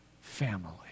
family